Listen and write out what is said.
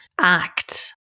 act